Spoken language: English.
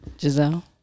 Giselle